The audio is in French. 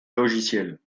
logiciel